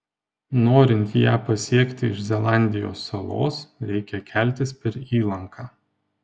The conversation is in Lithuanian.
norint ją pasiekti iš zelandijos salos reikia keltis per įlanką